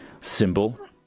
symbol